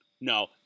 No